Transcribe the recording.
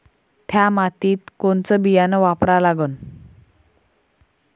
थ्या मातीत कोनचं बियानं वापरा लागन?